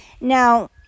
Now